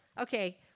Okay